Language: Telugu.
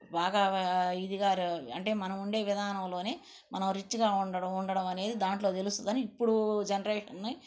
బాగా ఇదిగా అంటే మనం ఉండే విధానంలోనే మనం రిచ్గా ఉండడం ఉండడమనేది దాంట్లో తెలుస్తుంది అని ఇప్పుడు జనరేషన్